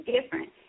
different